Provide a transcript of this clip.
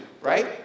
right